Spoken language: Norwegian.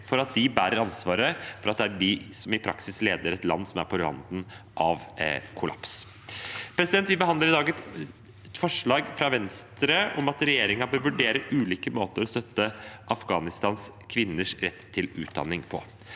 for de bærer ansvaret, og det er de som i praksis leder et land som er på randen av kollaps. Vi behandler i dag et forslag fra Venstre om at regjeringen bør vurdere ulike måter å støtte Afghanistans kvinners rett til utdanning på.